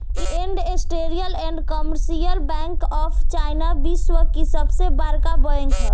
industrial and commercial bank of China विश्व की सबसे बड़का बैंक ह